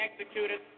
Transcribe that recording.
executed